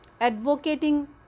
advocating